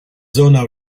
zona